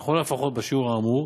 ולכל הפחות בשיעור האמור.